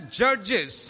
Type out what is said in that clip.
judges।